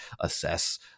assess